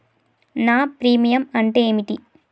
నా ప్రీమియం అంటే ఏమిటి?